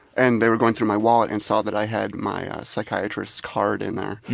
and they were going through my wallet and saw that i had my psychiatrist's card in there.